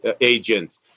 agent